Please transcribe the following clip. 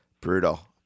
Brutal